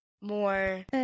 more